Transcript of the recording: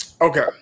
Okay